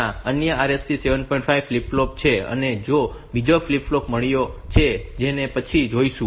5 વિક્ષેપ છે અને તેને બીજો ફ્લિપ ફ્લોપ મળ્યો છે જેને પછીથી જોઈશું